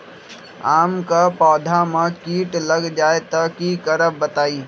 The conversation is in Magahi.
आम क पौधा म कीट लग जई त की करब बताई?